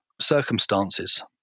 circumstances